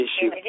issue